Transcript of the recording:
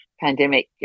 pandemic